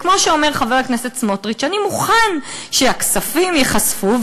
כמו שאומר חבר הכנסת סמוטריץ: אני מוכן שהכספים ייחשפו,